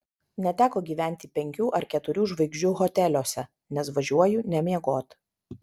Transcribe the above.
neteko gyventi penkių ar keturių žvaigždžių hoteliuose nes važiuoju ne miegot